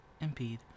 impede